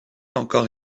encore